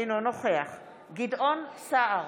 אינו נוכח גדעון סער,